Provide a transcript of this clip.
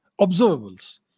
Observables